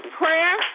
prayer